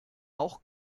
auch